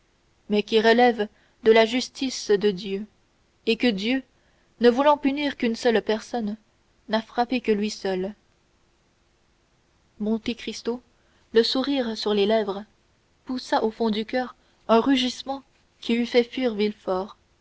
mais qui relèvent de la justice de dieu et que dieu ne voulant punir qu'une seule personne n'a frappé que lui seul monte cristo le sourire sur les lèvres poussa au fond du coeur un rugissement qui eût fait fuir